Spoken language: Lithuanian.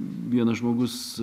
vienas žmogus